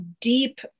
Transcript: deep